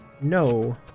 No